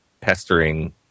pestering